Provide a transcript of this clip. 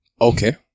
okay